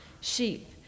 sheep